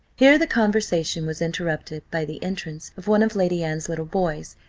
here the conversation was interrupted by the entrance of one of lady anne's little boys,